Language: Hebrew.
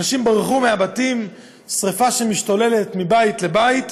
אנשים ברחו מהבתים, וזו שרפה שמשתוללת מבית לבית.